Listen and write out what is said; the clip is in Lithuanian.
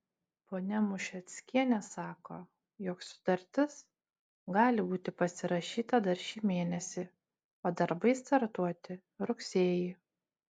ponia mušeckienė sako jog sutartis gali būti pasirašyta dar šį mėnesį o darbai startuoti rugsėjį